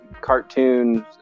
cartoons